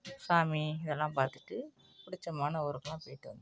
சாமி இது எல்லாம் பார்த்துட்டு பிடிச்சமான ஊருக்கு எல்லாம் போயிட்டு வந்